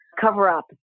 cover-up